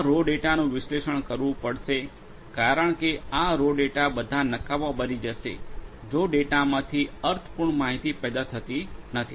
આ રો ડેટાનું વિશ્લેષણ કરવું પડશે કારણ કે આ રો ડેટા બધા નકામી બની જશે જો ડેટામાંથી અર્થપૂર્ણ માહિતી પેદા થતી નથી